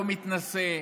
לא מתנשא,